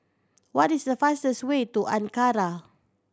what is the fastest way to Ankara